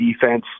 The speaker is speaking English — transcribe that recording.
defense